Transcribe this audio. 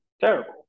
Terrible